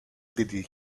did